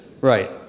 Right